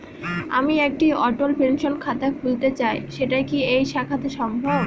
আমি একটি অটল পেনশন খাতা খুলতে চাই সেটা কি এই শাখাতে সম্ভব?